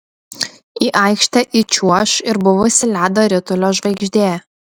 į aikštę įčiuoš ir buvusi ledo ritulio žvaigždė